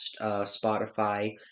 Spotify